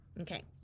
okay